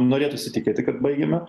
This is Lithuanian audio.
norėtųsi tikėti kad baigiame